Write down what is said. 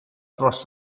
dros